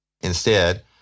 Instead